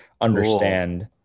understand